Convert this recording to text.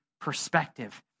perspective